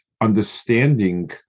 understanding